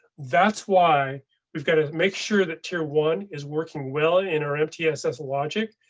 that's why we've got to make sure that tier one is working well in our mtss logic,